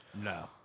No